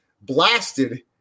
blasted